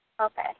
Okay